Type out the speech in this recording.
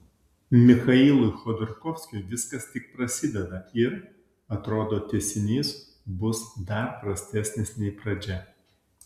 michailui chodorkovskiui viskas tik prasideda ir atrodo tęsinys bus dar prastesnis nei pradžia